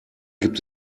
gibt